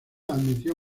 admitió